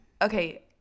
okay